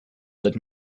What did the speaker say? let